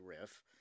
riff